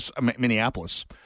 Minneapolis